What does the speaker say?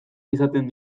izaten